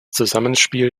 zusammenspiel